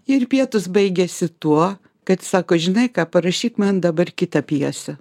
ir pietūs baigėsi tuo kad sako žinai ką parašyk man dabar kitą pjesę